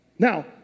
Now